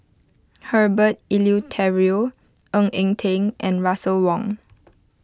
Herbert Eleuterio Ng Eng Teng and Russel Wong